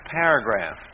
paragraph